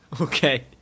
Okay